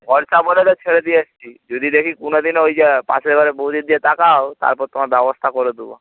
ভরসা বলে তো ছেড়ে দিয়ে এসছি যদি দেখি কোনোদিন ওই যে পাশের ঘরের বৌদির দিকে তাকাও তারপর তোমার ব্যবস্থা করে দেবো